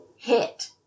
hit